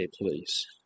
please